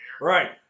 Right